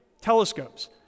telescopes